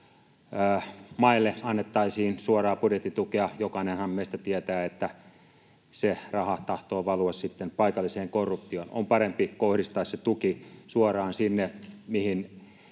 maille annettaisiin suoraa budjettitukea. Jokainenhan meistä tietää, että se raha tahtoo valua sitten paikalliseen korruptioon. On parempi kohdistaa se tuki suoraan sinne, mihin